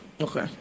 Okay